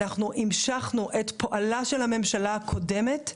אנחנו המשכנו את פועלה של הממשלה הקודמת,